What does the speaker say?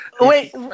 Wait